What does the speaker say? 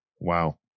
Wow